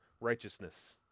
righteousness